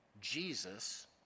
Jesus